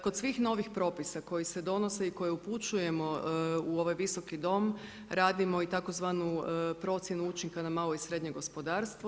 Kod svih novih propisa koji se donose i koje upućujemo u ovaj Visoki dom, radimo i tzv. procjenu učinka na malo i srednje gospodarstvo.